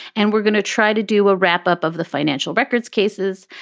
and we're going to try to do a wrap up of the financial records cases.